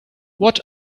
what